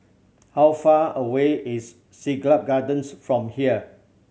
how far away is Siglap Gardens from here